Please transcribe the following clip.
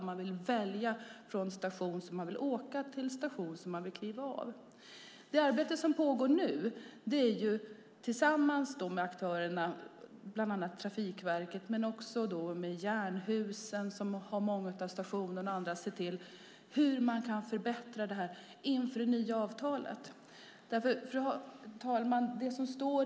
Man vill ju själv välja vilken station man ska åka från och vilken station man ska kliva av på. Det arbete som pågår nu handlar om att tillsammans med aktörer som Trafikverket, Jernhusen, som har många av stationerna, se hur man kan förbättra detta inför det nya avtalet.